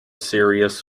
serious